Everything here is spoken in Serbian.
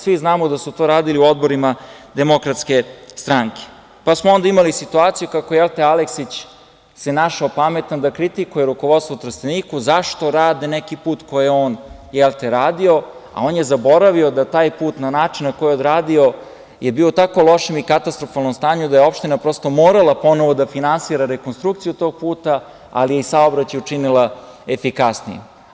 Svi znamo da su to radili u odborima Demokratske strane, pa smo onda imali situaciju kako Aleksić se našao pametan da kritikuje rukovodstvo u Trsteniku, zašto rade neki put koji je on radio, a on je zaboravio da na način na koji je odradio je bio u tako lošem i katastrofalnom stanju da je opština prosto morala ponovo da finansira rekonstrukciju tog puta, ali i saobraćaj učinila efikasnijim.